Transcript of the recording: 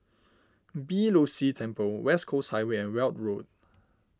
Beeh Low See Temple West Coast Highway and Weld Road